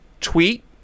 tweet